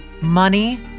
Money